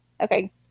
Okay